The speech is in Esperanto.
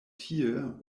tie